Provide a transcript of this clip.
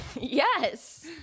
Yes